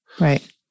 right